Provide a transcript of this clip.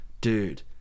dude